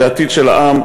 זה העתיד של עם,